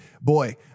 boy